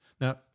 Now